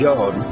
God